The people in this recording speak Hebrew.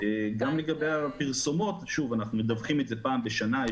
גם לגבי הפרסומות, אנחנו מדווחים את זה פעם בשנה.